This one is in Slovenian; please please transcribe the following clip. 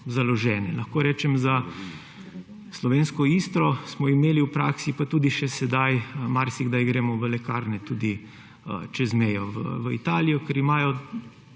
založene. Lahko rečem za Slovensko Istro, da smo imeli v praksi pa tudi še sedaj marsikdaj gremo v lekarne tudi čez mejo v Italijo, ker imajo